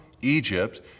Egypt